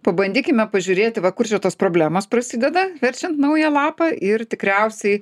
pabandykime pažiūrėti va kur čia tos problemos prasideda verčiant naują lapą ir tikriausiai